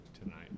tonight